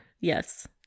Yes